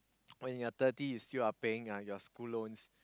when you thirty you still are paying uh your school loans